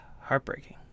Heartbreaking